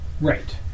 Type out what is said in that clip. Right